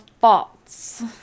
faults